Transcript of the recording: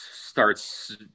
starts